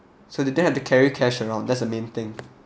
so they don't have to carry cash around that's the main thing